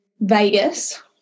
Vegas